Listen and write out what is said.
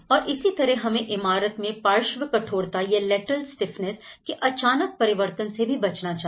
और इसी तरह हमें इमारत में पार्श्व कठोरता या lateral stiffness के अचानक परिवर्तन से भी बचना चाहिए